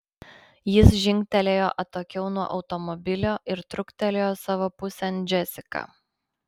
jis žingtelėjo atokiau nuo automobilio ir truktelėjo savo pusėn džesiką